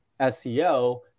seo